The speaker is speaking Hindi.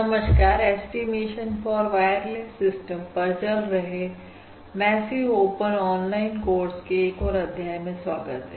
नमस्कार ऐस्टीमेशन फॉर वायरलेस सिस्टम पर चल रहे मैसिव ओपन ऑनलाइन कोर्स के एक और अध्याय में स्वागत है